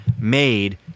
made